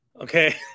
Okay